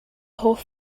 hoff